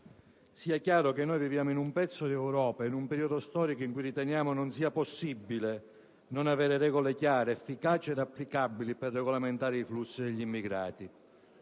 Sia chiaro, viviamo in un pezzo d'Europa e in periodo storico in cui riteniamo non sia possibile non avere regole chiare, efficaci ed applicabili per regolamentare i flussi degli immigrati.